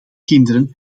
kinderen